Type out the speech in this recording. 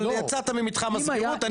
אבל יצאת ממתחם הסבירות,